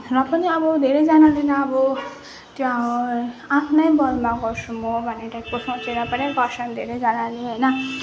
र पनि अब धेरैजनाले अब त्यहाँ आफ्नै बलमा गर्छु म भनेर सोचेर पनि गर्छन् धेरैजनाले होइन